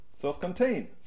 Self-contained